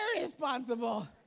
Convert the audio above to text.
responsible